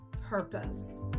purpose